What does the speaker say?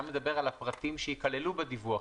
אתה מדבר על הפרטים שייכללו בדיווח,